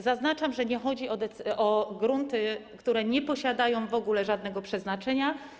Zaznaczam, że nie chodzi o grunty, które nie posiadają w ogóle żadnego przeznaczenia.